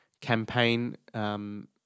campaign